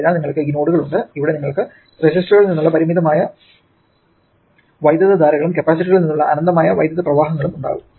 അതിനാൽ നിങ്ങൾക്ക് ഈ നോഡുകൾ ഉണ്ട് അവിടെ നിങ്ങൾക്ക് റെസിസ്റ്ററുകളിൽ നിന്നുള്ള പരിമിതമായ വൈദ്യുതധാരകളും കപ്പാസിറ്ററുകളിൽ നിന്നുള്ള അനന്തമായ വൈദ്യുത പ്രവാഹങ്ങളും ഉണ്ടാകും